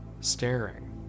staring